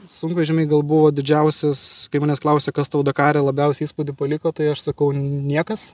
sunkvežimiai gal buvo didžiausias kai manęs klausia kas tau dakare labiausiai įspūdį paliko tai aš sakau niekas